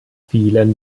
vielen